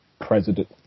president